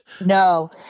No